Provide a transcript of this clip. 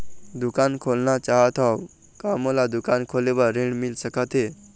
दुकान खोलना चाहत हाव, का मोला दुकान खोले बर ऋण मिल सकत हे?